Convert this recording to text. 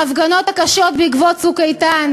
ההפגנות הקשות בעקבות "צוק איתן",